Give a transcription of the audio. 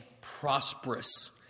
prosperous